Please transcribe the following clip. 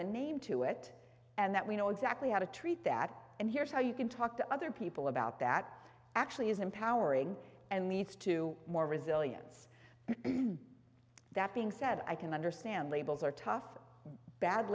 a name to it and that we know exactly how to treat that and here's how you can talk to other people about that actually is empowering and leads to more resilience that being said i can understand labels are tough bad